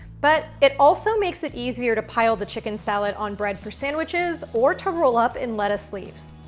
but, it also makes it easier to pile the chicken salad on bread for sandwiches, or to roll up in lettuce leaves.